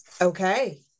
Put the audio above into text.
Okay